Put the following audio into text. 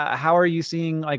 ah how are you seeing, like,